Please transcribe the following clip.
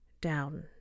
down